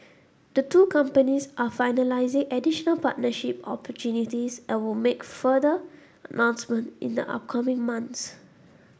the two companies are finalising additional partnership opportunities and will make further announcement in the upcoming months